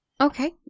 Okay